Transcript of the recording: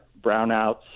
brownouts